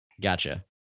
Gotcha